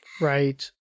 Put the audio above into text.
Right